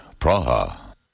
Praha